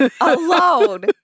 alone